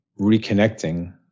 reconnecting